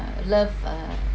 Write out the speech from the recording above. uh love uh